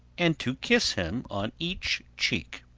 and to kiss him on each cheek.